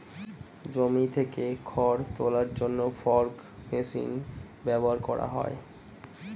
জমি থেকে খড় তোলার জন্য ফর্ক মেশিন ব্যবহার করা হয়